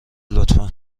لطفا